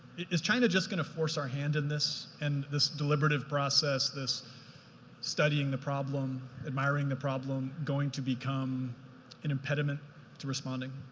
is china just going to force our hand in this and this deliberative process? this studying the problem, admiring the problem, going to become an impediment to responding?